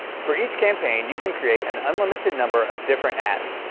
for each campaign, you can create an unlimited number of different ads.